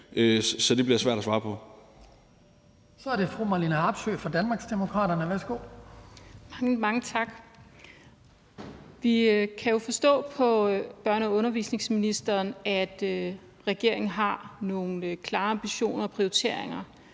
(Hans Kristian Skibby): Så er det fru Marlene Harpsøe fra Danmarksdemokraterne. Værsgo. Kl. 18:01 Marlene Harpsøe (DD): Mange tak. Vi kan jo forstå på børne- og undervisningsministeren, at regeringen har nogle klare ambitioner og prioriteringer,